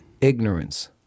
ignorance